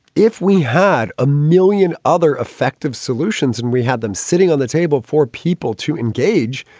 if we had a million other effective solutions and we had them sitting on the table for people to engage,